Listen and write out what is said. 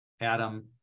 Adam